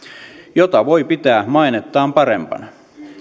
jota voi pitää mainettaan parempana